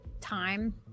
time